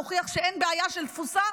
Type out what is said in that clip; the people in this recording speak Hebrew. מוכיח שאין בעיה של תפוסה,